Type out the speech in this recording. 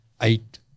eight